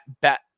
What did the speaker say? Bet